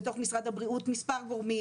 בתוך משרד הבריאות מספר גורמים,